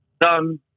done